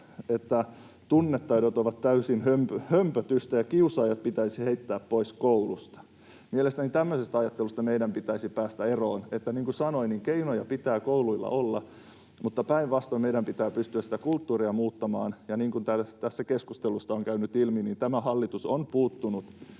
että tunnetaidot ovat täysin hömpötystä ja kiusaajat pitäisi heittää pois koulusta. Mielestäni tämmöisestä ajattelusta meidän pitäisi päästä eroon. Niin kuin sanoin, keinoja pitää kouluilla olla, mutta päinvastoin meidän pitää pystyä sitä kulttuuria muuttamaan. Ja niin kuin täällä tässä keskustelussa on käynyt ilmi, tämä hallitus on puuttunut